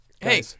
Hey